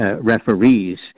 referees